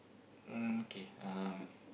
mm okay um